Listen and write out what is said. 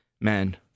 Man